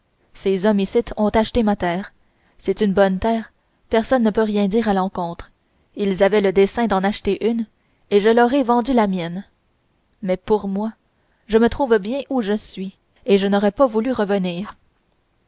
ces hommes icitte ont acheté ma terre c'est une bonne terre personne ne peut rien dire à l'encontre ils avaient dessein d'en acheter une et je leur ai vendu la mienne mais pour moi je me trouve bien où je suis et je n'aurais pas voulu revenir